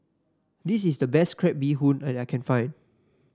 this is the best Crab Bee Hoon that I can find